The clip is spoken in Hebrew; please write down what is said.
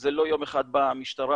זה לא יום אחד באה המשטרה,